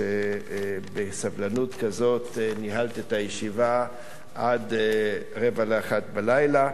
שבסבלנות כזאת ניהלת את הישיבה עד רבע לאחת בלילה,